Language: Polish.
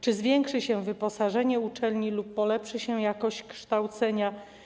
Czy zwiększy się wyposażenie uczelni lub polepszy się jakość kształcenia?